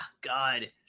God